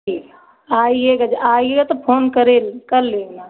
ठीक आईएगा आईएगा तो फोन करे कर लेना